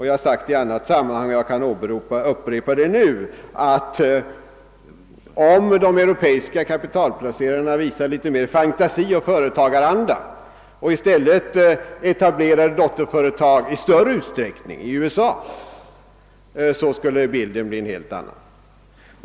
Jag har sagt det i annat sammanhang, och jag kan upprepa det, att om de europeiska kapitalplacerarna visade litet mer fantasi och företagaranda och i större utsträckning etablerade dotterföretag i USA skulle bilden bli en helt annan.